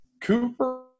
Cooper